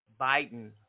Biden